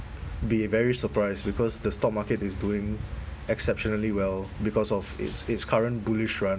be very surprised because the stock market is doing exceptionally well because of its its current bullish run